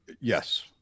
Yes